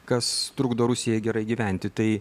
kas trukdo rusijai gerai gyventi tai